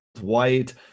white